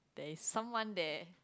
there is someone there